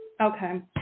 Okay